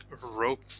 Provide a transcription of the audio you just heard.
rope